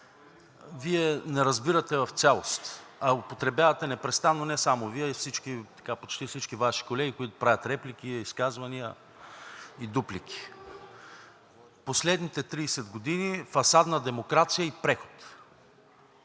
Вие не разбирате в цялост, а употребявате непрестанно, не само Вие, а почти всички Ваши колеги, които правят реплики, изказвания и дуплики – „последните 30 години е фасадна демокрация и преход“.